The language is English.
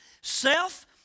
Self